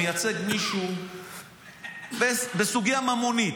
מייצג מישהו בסוגיה ממונית,